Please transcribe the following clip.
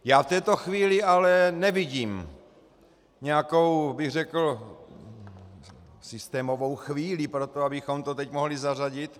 V této chvíli ale nevidím nějakou, bych řekl, systémovou chvíli pro to, abychom to teď mohli zařadit.